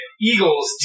Eagles